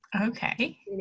Okay